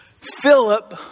Philip